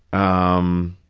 i'm